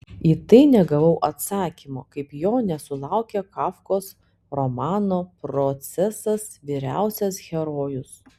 į tai negavau atsakymo kaip jo nesulaukė kafkos romano procesas vyriausias herojus